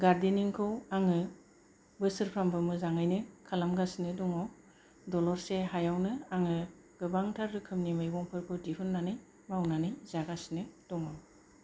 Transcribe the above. गार्देनिंखौ आङो बोसोरफ्रामबो मोजाङैनो खालामगासिनो दङ दलरसे हायावनो आङो गोबांथार रोखोमनि मैगंफोरखौ दिहुन्नानै मावनानै जागासिनो दङ